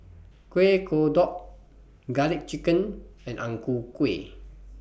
Kueh Kodok Garlic Chicken and Ang Ku Kueh